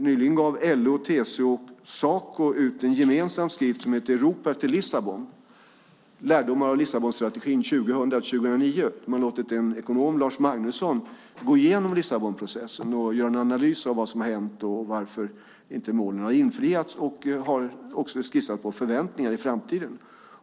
Nyligen gav LO, TCO och Saco ut en gemensam skrift som heter Europa efter Lissabon - lärdomar av Lissabonstrategin 2000-2009 . Man har låtit en ekonom, Lars Magnusson, gå igenom Lissabonprocessen och göra en analys av vad som har hänt och varför inte målen har infriats. Man har också skissat på förväntningar inför framtiden.